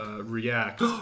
react